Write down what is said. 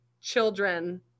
children